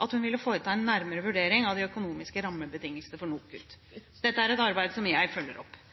at hun ville foreta en nærmere vurdering av de økonomiske rammebetingelsene for NOKUT. Dette er et arbeid jeg følger opp.